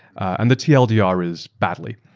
and the tldr is badly.